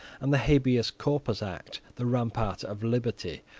and the habeas corpus act, the rampart of liberty,